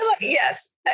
yes